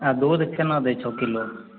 आ दूध केना दै छहो किलो